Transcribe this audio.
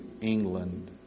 England